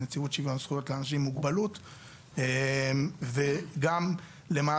לנציבות שוויון זכויות לאנשים עם מוגבלות וגם למעשה